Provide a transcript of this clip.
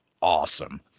Awesome